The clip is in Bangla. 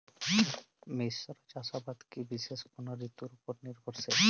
মিশ্র চাষাবাদ কি বিশেষ কোনো ঋতুর ওপর নির্ভরশীল?